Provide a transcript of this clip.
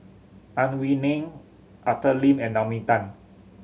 Ang Wei Neng Arthur Lim and Naomi Tan